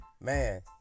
man